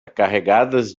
carregadas